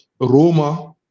Roma